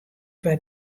foar